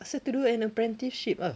ask her to do an apprenticeship ah